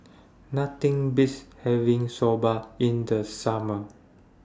Nothing Beats having Soba in The Summer